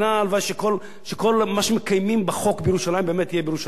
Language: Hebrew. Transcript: הלוואי שכל מה שמקיימים בחוק בירושלים יהיה בירושלים.